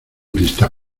lista